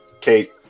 Kate